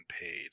paid